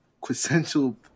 quintessential